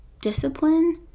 discipline